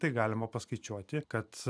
tai galima paskaičiuoti kad